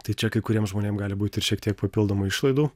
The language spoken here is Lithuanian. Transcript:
tai čia kai kuriem žmonėm gali būti ir šiek tiek papildomų išlaidų